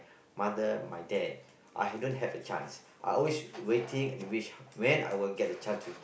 mother my dad I have don't have a chance I always waiting and wish when I will get the chance to